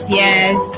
yes